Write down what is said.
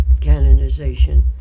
canonization